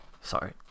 sorry